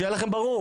שיהיה לכם ברור.